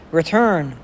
return